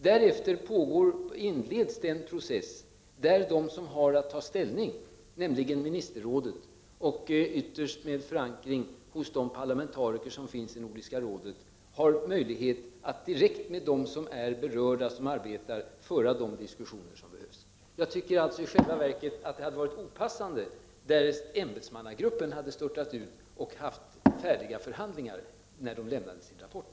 Däref 13 ter inleds en process där de som har att ta ställning, nämligen ministerrådet, ytterst med förankring hos de parlamentariker som ingår i Nordiska rådet, för de diskussioner som behövs direkt med dem som är berörda, de som arbetar på ifrågavarande institutioner. Jag anser att det hade varit opassande, därest ämbetsmannagruppen hade haft slutförda förhandlingar bakom sig när den lämnade sin rapport.